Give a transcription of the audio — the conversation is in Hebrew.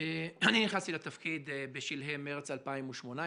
אני נכנסתי לתפקיד בשלהי מרץ 2018,